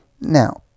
Now